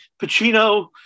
Pacino